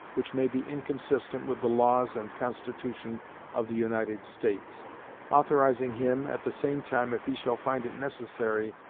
which may be inconsistent with the laws and constitution of the united states authorizing him, at the same time, if he shall find it necessary,